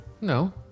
No